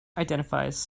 identifies